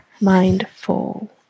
Mindful